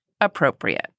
appropriate